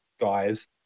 guys